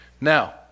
Now